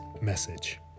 message